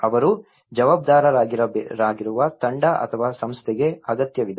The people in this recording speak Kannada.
ಅವರು ಜವಾಬ್ದಾರರಾಗಿರುವ ತಂಡ ಅಥವಾ ಸಂಸ್ಥೆಗೆ ಅಗತ್ಯವಿದೆ